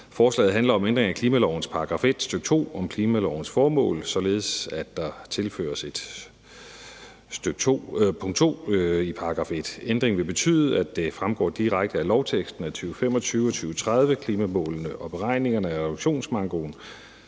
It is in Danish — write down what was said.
Forslaget handler om en ændring af klimalovens § 1, stk. 2 om klimalovens formål, således at der indføres et pkt. 2 i § 1. Ændringen vil betyde, at det fremgår direkte af lovteksten, at 2025- og 2030-klimamålene og beregningerne af reduktionsmankoen